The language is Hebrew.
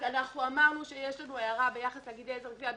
אמרנו שיש לנו הערה ביחס לתאגידי עזר לגבייה,